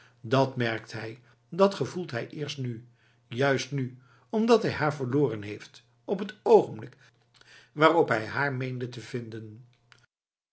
dat merkt hij dat gevoelt hij eerst nu juist nu omdat hij haar verloren heeft op het oogenblik waarop hij haar meende te vinden